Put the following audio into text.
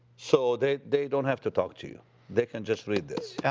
so, they they don't have to talk to you. they can just read this. yeah